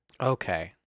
Okay